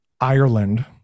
Ireland